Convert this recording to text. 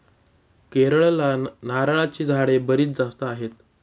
केरळला नारळाची झाडे बरीच जास्त आहेत